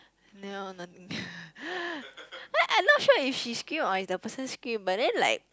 no no like I not sure if she scream or the person scream but then like